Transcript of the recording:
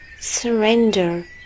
Surrender